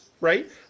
right